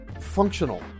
functional